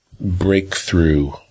breakthrough